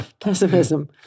pessimism